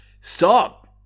Stop